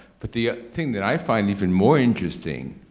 but the thing that i find even more interesting,